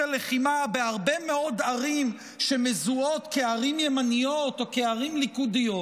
הלחימה בהרבה מאוד ערים שמזוהות כערים ימניות או כערים ליכודיות.